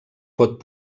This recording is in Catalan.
pot